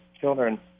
children